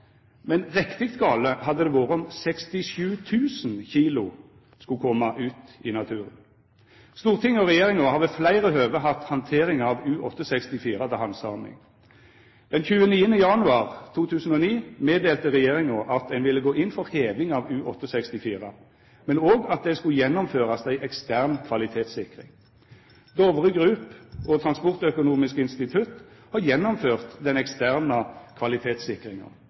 men riktig gale hadde det vore om 67 000 kg skulle koma ut i naturen. Stortinget og regjeringa har ved fleire høve hatt handteringa av U-864 til handsaming. Den 29. januar 2009 melde regjeringa at ein ville gå inn for heving av U-864, men òg at det skulle gjennomførast ei ekstern kvalitetssikring. Dovre Group og Transportøkonomisk institutt har gjennomført den eksterne kvalitetssikringa